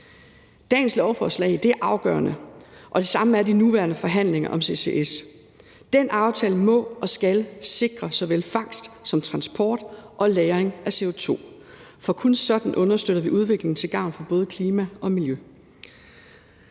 Dagens lovforslag er afgørende, og det samme er de nuværende forhandlinger om CCS. Den aftale må og skal sikre såvel fangst som transport og lagring af CO2, for kun sådan understøtter vi udvikling til gavn for både klima og miljø.